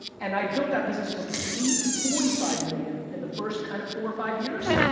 and i built that business from three to forty five million, in the first kind of four or five years,